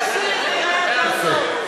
אולי שתשיר, זה יהיה יותר טוב.